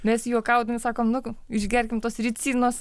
mes juokaudami sakom nu išgerkim tos ricinos